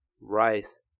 Rice